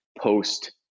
post